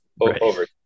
over